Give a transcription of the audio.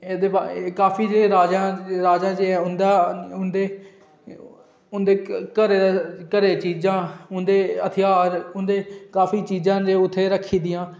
एह्दे बाद काफी राजा हुंदे घरै दी चीजां उं'दे हथियार उं'दी काफी चीजां न त्थैं रक्खी दियां न